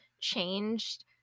changed